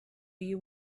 you